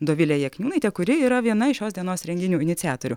dovilė jakniūnaitė kuri yra viena iš šios dienos renginių iniciatorių